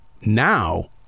Now